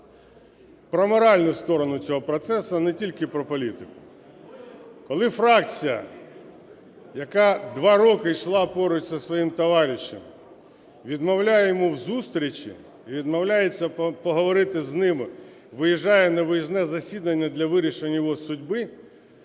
про моральну сторону цього процесу, не тільки про політику. Коли фракція, яка два роки йшла поруч зі своїм товаришем, відмовляє йому в зустрічі, і відмовляється поговорити з ним, виїжджає на виїзне засідання для вирішення його судьби,